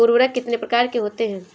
उर्वरक कितने प्रकार के होते हैं?